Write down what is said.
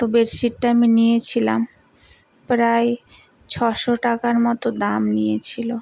তো বেডশিটটা আমি নিয়েছিলাম প্রায় ছশো টাকার মতো দাম নিয়েছিল